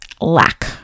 lack